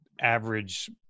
average